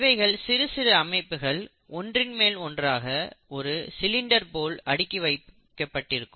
இவைகள் சிறு சிறு அமைப்புகள் ஒன்றின் மேல் ஒன்றாக ஒரு சிலிண்டர் போல் அடுக்கி வைக்கப்பட்டிருக்கும்